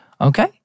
Okay